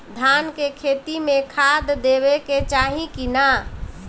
धान के खेती मे खाद देवे के चाही कि ना?